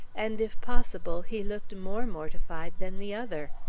and, if possible, he looked more mortified than the other.